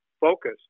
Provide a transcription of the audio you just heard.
focus